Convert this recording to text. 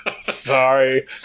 Sorry